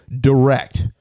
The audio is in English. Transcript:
direct